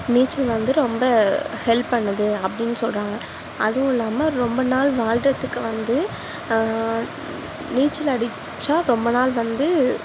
நீச்சல் வந்து ரொம்ப ஹெல்ஃப் பண்ணுது அப்படின்னு சொல்கிறாங்க அதுவுல்லாமல் ரொம்ப நாள் வாழ்றதுக்கு வந்து நீச்சல் அடித்தா ரொம்ப நாள் வந்து